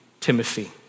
Timothy